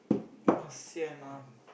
!wah! sian lah